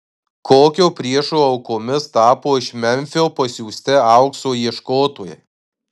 kokio priešo aukomis tapo iš memfio pasiųsti aukso ieškotojai